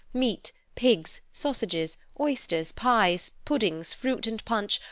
meat, pigs, sausages, oysters, pies, puddings, fruit, and punch,